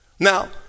Now